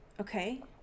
Okay